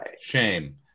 Shame